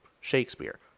Shakespeare